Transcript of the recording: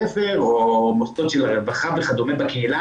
ספר או מוסדות של הרווחה וכדומה בקהילה,